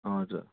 हजुर